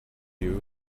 you